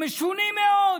משונים מאוד.